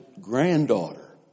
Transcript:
granddaughter